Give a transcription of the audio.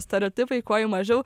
stereotipai kuo jų mažiau